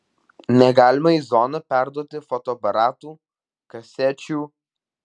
negalima į zoną perduoti fotoaparatų kasečių